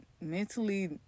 mentally